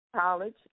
College